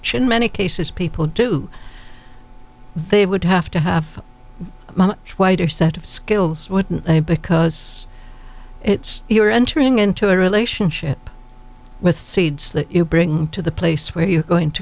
in many cases people do they would have to have a much wider set of skills wouldn't they because it's you're entering into a relationship with seeds that you bring to the place where you're going to